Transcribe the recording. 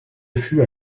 fût